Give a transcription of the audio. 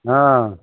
हँ